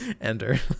Ender